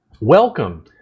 welcome